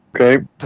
Okay